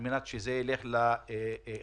זה ילך לחיזוק